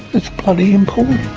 it's bloody important.